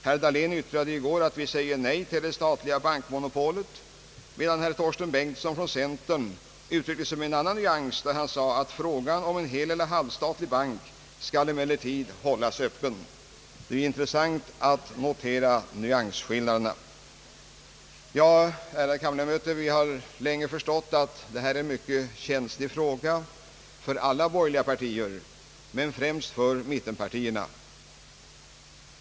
Herr Dahlén yttrade i går: »Vi säger nej till det statliga bankmonopolet.» Herr Torsten Bengtson i centerpartiet uttryckte sig med en annan nyans när han sade: »Frågan om heleller halvstatlig bank skall emellertid hållas öppen.« Det är intressant att notera nyansskillnaderna. Ärade kammarledamöter! Vi har länge förstått att detta är en mycket känslig fråga för alla borgerliga partier men främst för mittenpartierna.